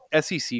sec